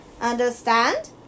Understand